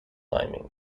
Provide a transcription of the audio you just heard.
timing